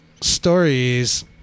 stories